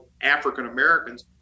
African-Americans